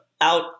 out